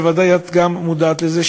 בוודאי את גם מודעת לזה,